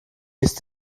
ist